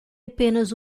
apenas